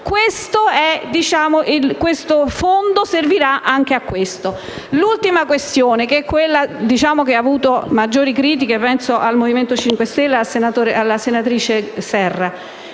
il fondo servirà anche a questo. L'ultima questione è quella che ha ricevuto maggiori critiche (penso al Movimento 5 Stelle e alla senatrice Serra).